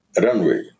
runway